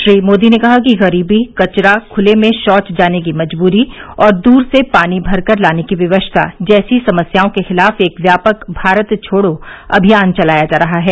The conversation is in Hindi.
श्री मोदी ने कहा कि गरीबी कचरा खुले में शौच जाने की मजबूरी और दूर से पानी भरकर लाने की विवशता जैसी समस्याओं के खिलाफ एक व्यापक भारत छोडो अभियान चलाया जा रहा है